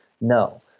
No